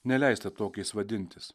neleista tokiais vadintis